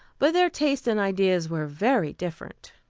but their tastes and ideas were very different.